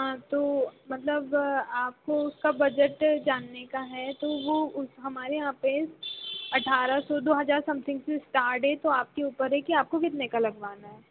हाँ तो मतलब आपको उसका बजट जानने का है तो वह हमारे यहाँ पर अट्ठारह सौ दो हज़ार समथींग से स्टार्ट है तो आपके ऊपर है के आपको कितने का लगवाना है